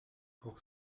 pour